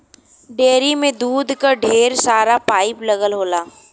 dairy में दूध क ढेर सारा पाइप लगल होला